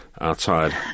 outside